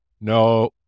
no